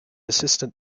assistant